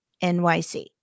NYC